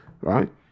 right